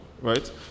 right